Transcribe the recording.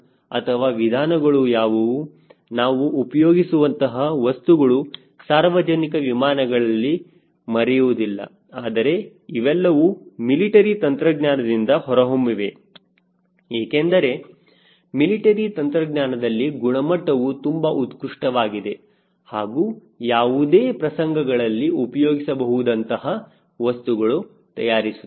ಅಥವಾ ವಿಧಾನಗಳು ಯಾವುವು ನಾವು ಉಪಯೋಗಿಸುವಂತಹ ವಸ್ತುಗಳು ಸಾರ್ವಜನಿಕ ವಿಮಾನಗಳಲ್ಲಿ ಮರೆಯುವುದಿಲ್ಲ ಆದರೆ ಇವೆಲ್ಲವೂ ಮಿಲಿಟರಿ ತಂತ್ರಜ್ಞಾನದಿಂದ ಹೊರಹೊಮ್ಮಿವೆ ಏಕೆಂದರೆ ಮಿಲಿಟರಿ ತಂತ್ರಜ್ಞಾನದಲ್ಲಿ ಗುಣಮಟ್ಟವೂ ತುಂಬಾ ಉತ್ಕೃಷ್ಟವಾಗಿದೆ ಹಾಗೂ ಯಾವುದೇ ಪ್ರಸಂಗಗಳಲ್ಲಿ ಉಪಯೋಗಿಸಬಹುದಂತಹ ವಸ್ತುಗಳು ತಯಾರಿಸುತ್ತಾರೆ